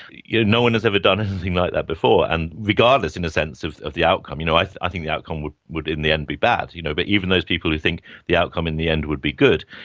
yeah no one has ever done anything like that before. and regardless, in a sense, of of the outcome, you know i i think the outcome would would in the end be bad, you know but even those people who think the outcome in the end would be good,